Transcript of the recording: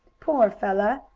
poor fellow,